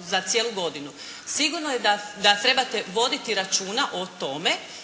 za cijelu godinu. Sigurno je da trebate voditi računa o tome